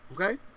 okay